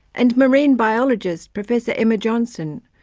and marine biologist professor emma johnston,